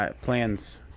plans